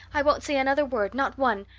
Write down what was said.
i won't say another word not one.